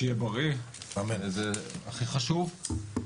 שיהיה בריא, זה הכי חשוב.